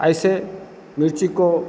ऐसे मिर्ची को